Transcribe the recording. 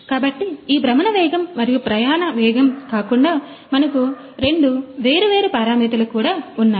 కాబట్టి ఈ భ్రమణ వేగం మరియు ప్రయాణ వేగం కాకుండా మనకు రెండు వేర్వేరు పారామితులు కూడా ఉన్నాయి